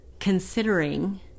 Considering